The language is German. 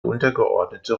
untergeordnete